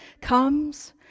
comes